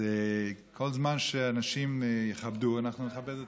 כל זמן שאנשים יכבדו, אנחנו נכבד אותם,